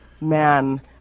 man